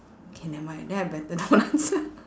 K never mind then I better don't answer